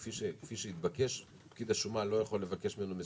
כדי למנוע מקלטי